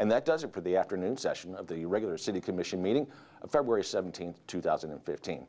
and that does it for the afternoon session of the regular city commission meeting of february seventeenth two thousand and fifteen